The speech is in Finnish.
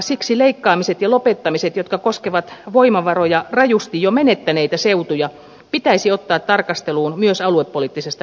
siksi leikkaamiset ja lopettamiset jotka koskevat voimavaroja rajusti jo menettäneitä seutuja pitäisi ottaa tarkasteluun myös aluepoliittisesta näkökulmasta